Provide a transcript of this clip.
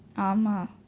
ஆமாம்:aamaam